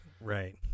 right